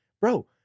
Bro